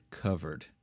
covered